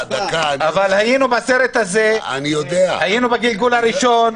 היינו בסרט הזה, היינו בגלגול הראשון,